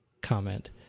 comment